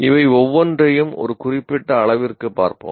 இவை ஒவ்வொன்றையும் ஒரு குறிப்பிட்ட அளவிற்கு பார்ப்போம்